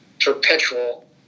perpetual